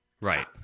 right